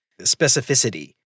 specificity